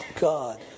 God